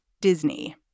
Disney